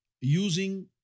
using